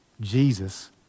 Jesus